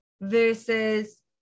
versus